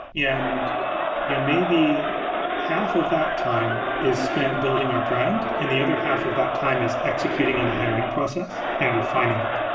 and yeah maybe half of that time is spent building our brand and the other half of that time is executing on the hiring process and refining it.